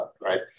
right